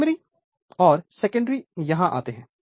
primary और secondary यहां आते हैं